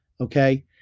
okay